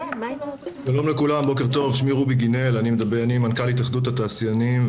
אני מנכ"ל התאחדות התעשיינים,